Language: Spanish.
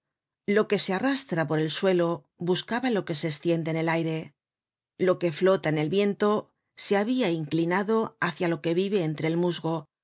lo que se arrastra por el suelo buscaba lo que se estiende en el aire lo que flota en el viento se habia inclinado hácia lo que vive entre el musgo